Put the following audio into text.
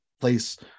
place